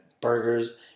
burgers